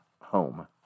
home